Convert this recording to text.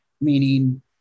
Meaning